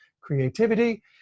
creativity